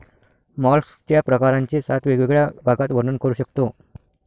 मॉलस्कच्या प्रकारांचे सात वेगवेगळ्या भागात वर्णन करू शकतो